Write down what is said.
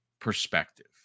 perspective